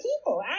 people